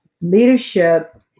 leadership